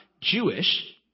Jewish